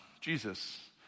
Jesus